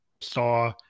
saw